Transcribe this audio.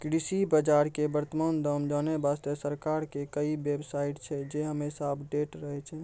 कृषि बाजार के वर्तमान दाम जानै वास्तॅ सरकार के कई बेव साइट छै जे हमेशा अपडेट रहै छै